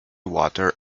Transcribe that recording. water